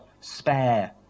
spare